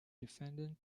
defendant